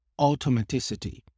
automaticity